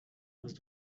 hast